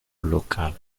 local